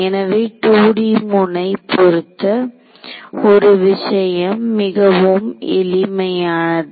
எனவே 2D முனை பொருத்த ஒரு விஷயம் மிகவும் எளிமையானது